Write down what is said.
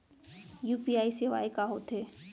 UPI सेवाएं का होथे